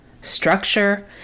structure